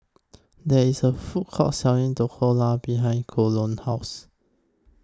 There IS A Food Court Selling Dhokla behind Colon's House